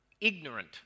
ignorant